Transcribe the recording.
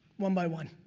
one by one.